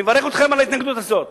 אני מברך אתכם על ההתנגדות הזו.